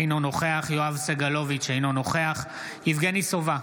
אינו נוכח יואב סגלוביץ' אינו נוכח יבגני סובה,